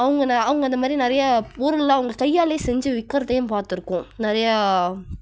அவங்க அவங்க அந்தமாதிரி நிறையா பொருள்கலாம் அவங்க கையாலையே செஞ்சு விற்கறதையும் பார்த்துருக்கோம் நிறையா